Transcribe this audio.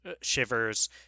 shivers